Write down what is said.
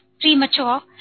premature